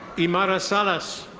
imara salas.